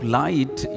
light